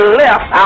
left